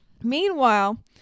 Meanwhile